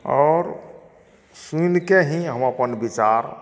आओर सुनिके ही हम अपन विचार